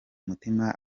umutima